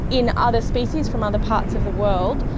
in other species from other parts of the world,